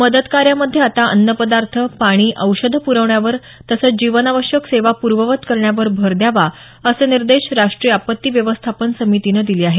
मदतकार्यामध्ये आता अन्नपदार्थ पाणी औषधं पुरवण्यावर तसंच जीवनावश्यक सेवा पूर्ववत करण्यावर भर द्यावा असे निर्देश राष्ट्रीय आपत्ती व्यवस्थापन समितीनं दिले आहेत